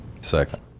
Second